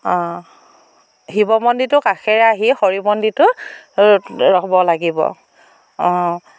অঁ শিৱ মন্দিৰটোৰ কাষেৰে আহি হৰিমন্দিৰটোৰ হ'ব লাগিব অঁ